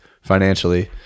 financially